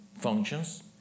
functions